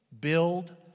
Build